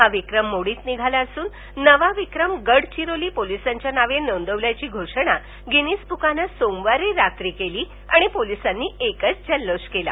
हा विक्रम मोडीत निघाला असून नवा विक्रम गडचिरोली पोलीसांच्या नावे नोंदवल्याची घोषणा गिनीज बुकानं सोमवारी रात्री केली आणि पोलीसांनी एकच जल्लोष केला